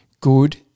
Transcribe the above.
good